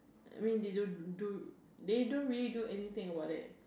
I mean they don't do they don't really do anything about it